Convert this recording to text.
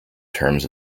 terms